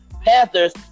Panthers